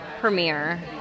premiere